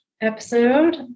episode